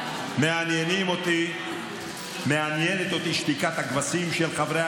מעניינת אותי שתיקת הכבשים של חברי